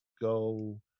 go